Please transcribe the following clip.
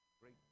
great